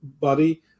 buddy